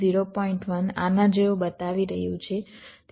1 આના જેવું બતાવી રહ્યું છે